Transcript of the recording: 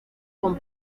con